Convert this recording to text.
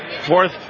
Fourth